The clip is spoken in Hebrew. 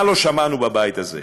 מה לא שמענו בבית הזה?